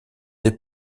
des